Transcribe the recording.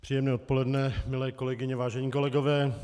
Příjemné odpoledne, milé kolegyně, vážení kolegové.